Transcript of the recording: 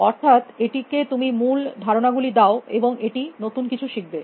অর্থাৎ এটিতে তুমি মূল ধারণাগুলি দাও এবং এটি নতুন কিছু শিখবে